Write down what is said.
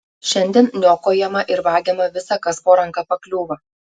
šiandien niokojama ir vagiama visa kas po ranka pakliūva